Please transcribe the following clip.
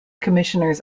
commissioners